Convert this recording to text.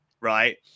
right